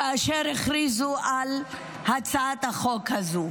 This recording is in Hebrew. כאשר הכריזו על הצעת החוק הזו.